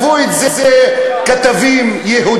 כתבו את זה כתבים יהודים.